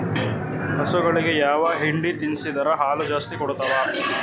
ಹಸುಗಳಿಗೆ ಯಾವ ಹಿಂಡಿ ತಿನ್ಸಿದರ ಹಾಲು ಜಾಸ್ತಿ ಕೊಡತಾವಾ?